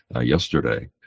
yesterday